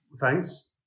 Thanks